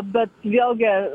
bet vėlgi